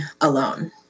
alone